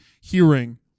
hearing